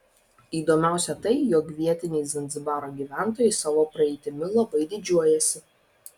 įdomiausia tai jog vietiniai zanzibaro gyventojai savo praeitimi labai didžiuojasi